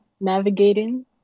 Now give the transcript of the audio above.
navigating